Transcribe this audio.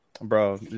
Bro